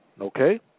Okay